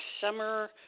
summer